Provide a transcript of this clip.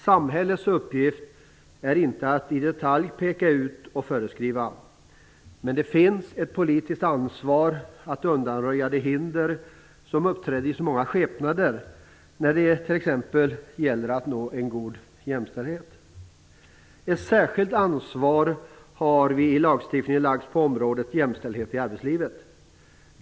Samhällets uppgift är inte att i detalj peka ut och föreskriva, men det finns ett politiskt ansvar för att undanröja det hinder som uppträder i så många skepnader när det t.ex. gäller att nå en god jämställdhet. Ett särskilt ansvar har i lagstiftningen lagts på området jämställdhet i arbetslivet.